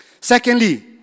Secondly